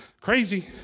Crazy